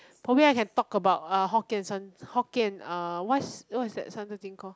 probably I can talk about uh hokkien san Hokkien uh what's what is that san-zi-jing called